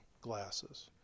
glasses